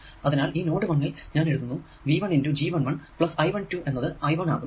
അതിനാൽ ഈ നോഡ് 1 ൽ ഞാൻ എഴുതുന്നു V 1 G 1 1 പ്ലസ് I 1 2 എന്നത് I 1 ആകുന്നു